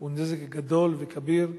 הוא נזק גדול וכביר,